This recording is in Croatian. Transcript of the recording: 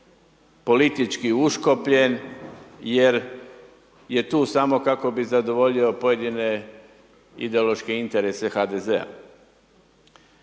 politički uškopljen, jer je tu samo kako bi zadovoljio pojedine ideološke interese HDZ-a.